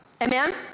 Amen